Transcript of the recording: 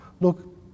Look